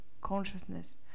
consciousness